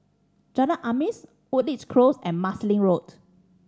Jalan Azam's Woodleigh Close and Marsiling Road